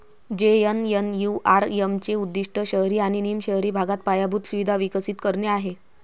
JNNURM चे उद्दीष्ट शहरी आणि निम शहरी भागात पायाभूत सुविधा विकसित करणे आहे